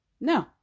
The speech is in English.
No